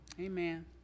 Amen